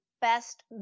best